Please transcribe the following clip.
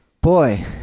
Boy